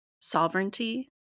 sovereignty